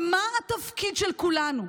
ומה תפקיד של כולנו.